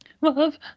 Love